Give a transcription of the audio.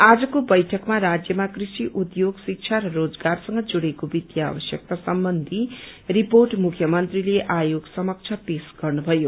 आजको बैठकमा राज्यमा कृषि उद्योग शिक्षा र रोजगारसँग जुड्डेको वित्तीय आवश्यकता सम्बन्ची रिपोर्ट युख्य मन्त्रीले आयोग समक्ष पेज्ञ गर्नुभयो